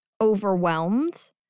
overwhelmed